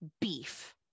beef